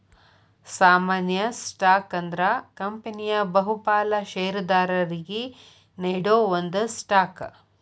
ಸಾಮಾನ್ಯ ಸ್ಟಾಕ್ ಅಂದ್ರ ಕಂಪನಿಯ ಬಹುಪಾಲ ಷೇರದಾರರಿಗಿ ನೇಡೋ ಒಂದ ಸ್ಟಾಕ್